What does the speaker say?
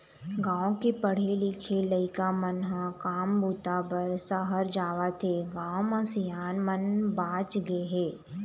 गाँव के पढ़े लिखे लइका मन ह काम बूता बर सहर जावत हें, गाँव म सियान मन बाँच गे हे